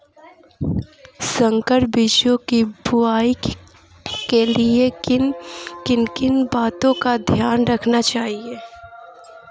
संकर बीजों की बुआई के लिए किन किन बातों का ध्यान रखना चाहिए?